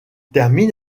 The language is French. termine